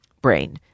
brain